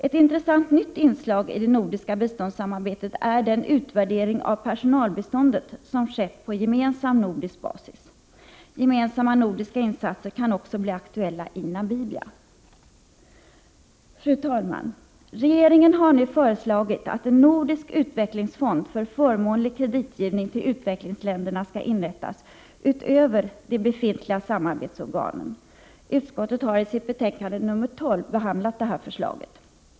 Ett intressant nytt inslag i det nordiska biståndssamarbetet är den utvärdering av personalbiståndet som skett på gemensam nordisk basis. Gemensamma nordiska insatser kan också bli aktuella i Namibia. Fru talman! Regeringen har nu föreslagit att en nordisk utvecklingsfond för förmånlig kreditgivning till utvecklingsländerna skall inrättas utöver de befintliga samarbetsorganen. Utskottet har i sitt betänkande nr 12 behandlat förslaget.